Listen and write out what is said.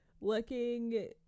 looking